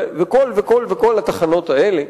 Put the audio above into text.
וכל התחנות האלה,